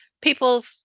people